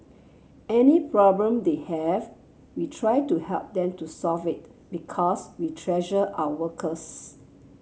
any problem they have we try to help them to solve it because we treasure our workers